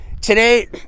today